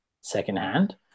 secondhand